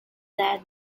their